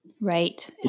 Right